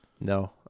No